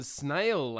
snail